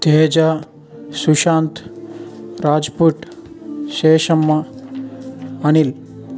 Teja Sushant Rajput Seshamma Anil